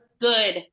Good